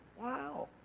Wow